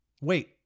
Wait